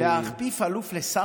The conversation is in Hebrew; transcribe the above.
-- לשר אחר?